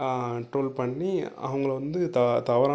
troll பண்ணி அவங்களை வந்து த தவறான